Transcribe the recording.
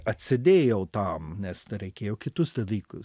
atsidėjau tam nes nereikėjo kitus dalykus